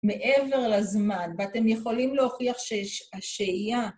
מעבר לזמן, ואתם יכולים להוכיח ששהייה...